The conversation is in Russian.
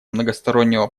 многостороннего